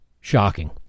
Shocking